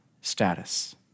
status